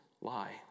lie